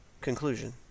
Conclusion